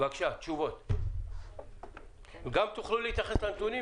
תוכלו גם להתייחס לנתונים,